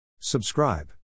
Subscribe